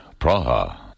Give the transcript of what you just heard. Praha